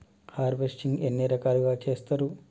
Harvesting ఎన్ని రకాలుగా చేస్తరు?